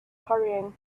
hurrying